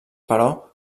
però